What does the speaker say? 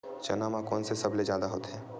चना म कोन से सबले जादा होथे?